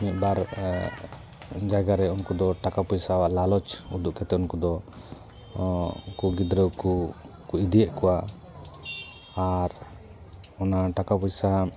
ᱢᱤᱫ ᱵᱟᱨ ᱡᱟᱭᱜᱟ ᱨᱮ ᱩᱱᱠᱩ ᱫᱚ ᱴᱟᱠᱟ ᱯᱚᱭᱥᱟᱣᱟᱜ ᱞᱟᱞᱚᱪ ᱩᱫᱩᱜ ᱠᱟᱛᱮ ᱩᱱᱠᱩ ᱫᱚ ᱩᱱᱠᱩ ᱜᱤᱫᱽᱨᱟᱹ ᱠᱚ ᱠᱚ ᱤᱫᱤᱭᱮᱫ ᱠᱚᱣᱟ ᱟᱨ ᱚᱱᱟ ᱴᱟᱠᱟ ᱯᱚᱭᱥᱟ